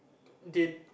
they